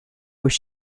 where